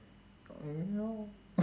um you know